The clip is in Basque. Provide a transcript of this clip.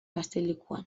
gaztelekuan